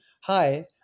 Hi